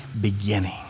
beginning